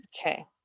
Okay